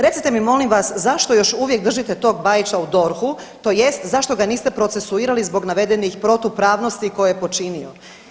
Recite mi, molim vas, zašto još uvijek držite tog Bajića u DORH-u, tj. zašto ga niste procesuirali zbog navedenih protupravnosti koje je učinio?